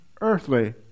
earthly